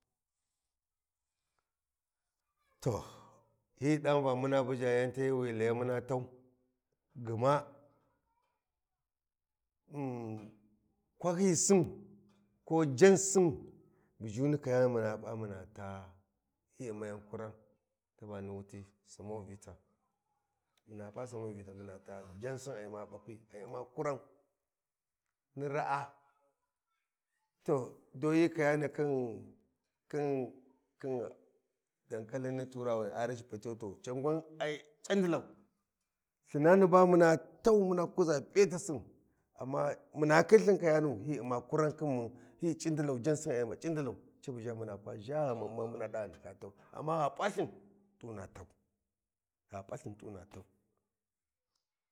To hyi ɗa Va muna buja yan tahyiyi wi layi muna tau gma um kwahijisin ko jansin bu ʒhuni kayani muna pa muna taa hyi ummayan kuran ta ba ni wuti samavita muna ɓa samoviti muna taa janasi ai umma pakwi ai umma kuran ni raa to doyi kayani khin dankakeni ni turawawini kayani aris pateto ai tsagillau, Lthina tisin amma muna khin lthin kayanu yai umma kuran kihib mun hyi C’idilau jansi ai umma C’illau ca bu ʒhamuna kwa ʒha ghaman ma muna ɗa ghu ndaka tau amma gha palthin ɗu na tau gha palthin ɗuna tau.